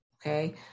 Okay